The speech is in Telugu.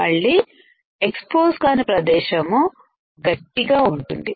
మళ్లీ ఎక్సపోజ్ కానీ ప్రదేశం గట్టిగా ఉంటుంది